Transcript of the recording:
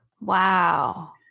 Wow